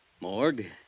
Morgue